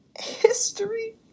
history